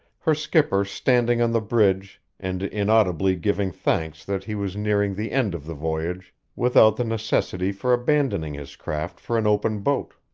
her skipper standing on the bridge and inaudibly giving thanks that he was nearing the end of the voyage without the necessity for abandoning his craft for an open boat,